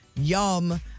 yum